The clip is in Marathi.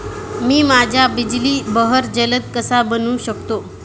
मी माझ्या बिजली बहर जलद कसा बनवू शकतो?